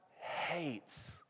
hates